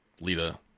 Lita